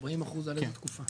40% על איזו תקופה?